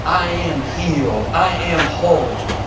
i am healed. i am whole.